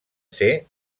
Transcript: ser